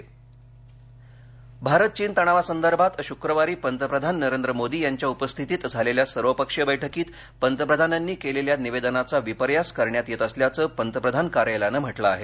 पंतप्रधान भारत चीन तणावा संदर्भात शुक्रवारी पंतप्रधान नरेंद्र मोदी यांच्या उपस्थितीत झालेल्या सर्वपक्षीय बैठकीत पंतप्रधानांनी केलेल्या निवेदनाचा विपर्यास करण्यात येत असल्याचं पंतप्रधान कार्यालयानं म्हटलं आहे